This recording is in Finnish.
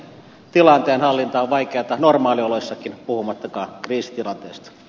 tilanteen hallinta on vaikeata normaalioloissakin puhumattakaan kriisitilanteista